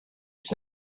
said